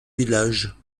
village